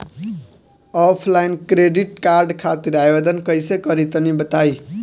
Offline credit card खातिर आवेदन कइसे करि तनि बताई?